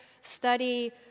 study